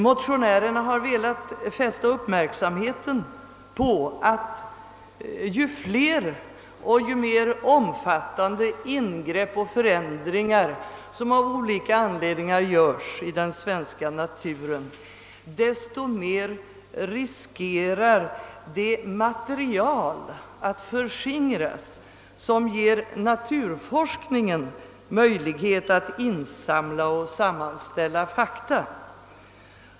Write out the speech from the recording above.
Motionärerna har velat fästa uppmärksamheten på att ju fler och ju mer omfattande ingrepp och förändringar som av olika anledningar görs i den svenska naturen, desto mer riskerar det material att förskingras, som ger naturforskningen möjlighet att insamla och sammanställa fakta.